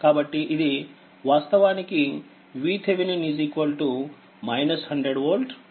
కాబట్టిఇది వాస్తవానికిVThevenin 100వోల్ట్ అవుతుంది